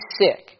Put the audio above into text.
sick